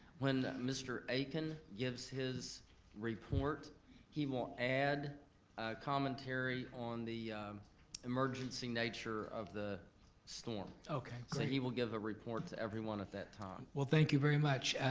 when mr. akin gives his report he will add a commentary on the emergency nature of the storm. so like he will give a report to everyone at that time. well thank you very much.